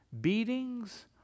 beatings